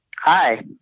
Hi